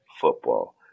football